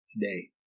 today